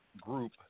group